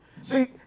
See